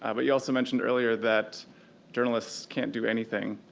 um but you also mentioned earlier that journalists can't do anything,